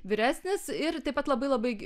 vyresnis ir taip pat labai labai